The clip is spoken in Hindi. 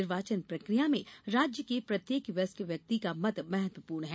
निर्वाचन प्रक्रिया में राज्य के प्रत्येक वयस्क व्यक्ति का मत महत्वपूर्ण है